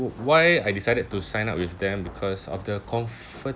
why I decided to sign up with them because of the